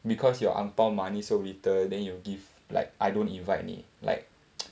because your ang pao money so little then you give like I don't invite 你 like